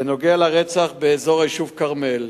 בנוגע לרצח באזור היישוב כרמל,